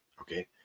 okay